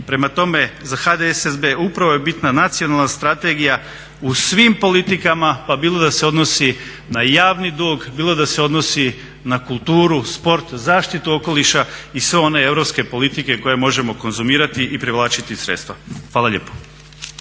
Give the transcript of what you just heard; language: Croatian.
Prema tome, za HDSSB upravo je bitna nacionalna strategija u svim politikama, pa bilo da se odnosi na javni dug, bilo da se odnosi na kulturu, sport, zaštitu okoliša i sve one europske politike koje možemo konzumirati i privlačiti sredstva. Hvala lijepo.